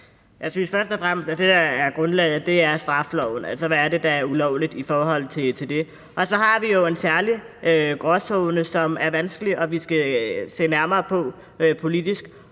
Hegaard (RV): Altså, det, der er grundlaget, er straffeloven, og hvad der er ulovligt i forhold til den. Og så har vi jo en særlig gråzone, som er vanskelig, og som vi skal se nærmere på politisk.